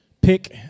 pick